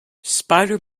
spider